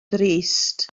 drist